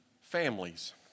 families